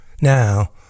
now